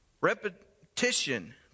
Repetition